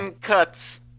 cuts